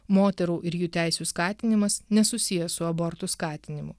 moterų ir jų teisių skatinimas nesusijęs su abortų skatinimu